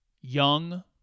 young